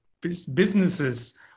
businesses